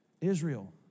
Israel